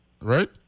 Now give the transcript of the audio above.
right